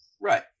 Right